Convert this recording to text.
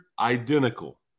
identical